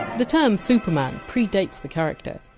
the term! superman! predates the character.